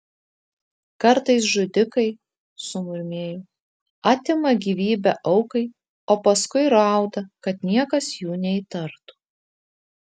kartais žudikai sumurmėjau atima gyvybę aukai o paskui rauda kad niekas jų neįtartų